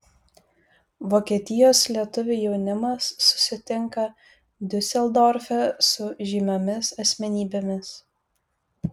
vokietijos lietuvių jaunimas susitinka diuseldorfe su žymiomis asmenybėmis